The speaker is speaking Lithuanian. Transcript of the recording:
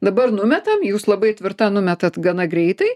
dabar numetam jūs labai tvirta numetat gana greitai